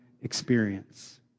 experience